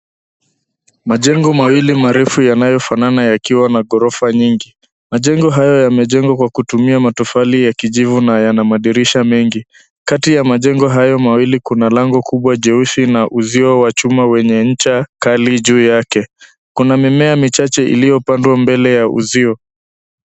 Majengo mawili marefu yanayofanana yakiwa na ghorofa nyingi. Majengo hayo yamejengwa kwa kutumia matofali ya kijivu na yana madirisha mengi. Kati ya majengo hayo mawili kuna lango kubwa jeusi na uzio wa chuma wenye ncha kali juu yake. Kuna mimea michache iliyopandwa mbele ya uzio.